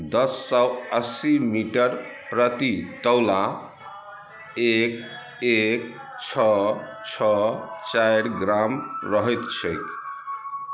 दश सए अस्सी मीटर प्रति तोला एक एक छओ छओ चारि ग्राम रहैत छैक